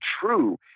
true